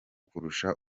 kurusha